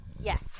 yes